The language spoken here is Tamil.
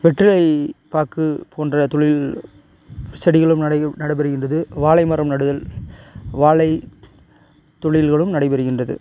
வெற்றிலை பாக்கு போன்ற தொழில் செடிகளும் நடை நடைபெறுகின்றது வாழை மரம் நடுதல் வாழை தொழில்களும் நடைபெறுகின்றது